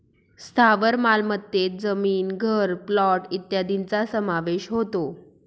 स्थावर मालमत्तेत जमीन, घर, प्लॉट इत्यादींचा समावेश होतो